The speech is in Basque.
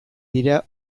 dira